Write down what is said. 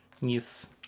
Yes